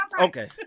Okay